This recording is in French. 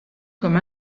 comme